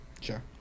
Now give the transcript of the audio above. Sure